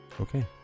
Okay